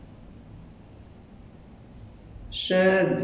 maybe I can share for share err